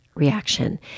reaction